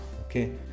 okay